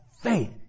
faith